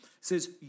says